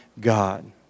God